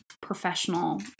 professional